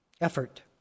effort